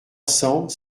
cents